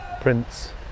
Prince